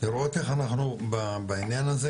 לראות איך אנחנו בעניין הזה,